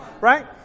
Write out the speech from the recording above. right